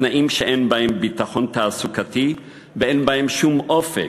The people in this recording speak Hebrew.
תנאים שאין בהם ביטחון תעסוקתי ואין בהם שום אופק